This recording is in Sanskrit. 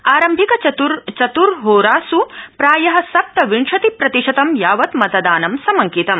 आरम्भिक चर्तुहोरास् प्राय सप्तविंशति प्रतिशतं यावत् मतदानं संमंकितम्